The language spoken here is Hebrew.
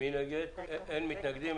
אין מתנגדים.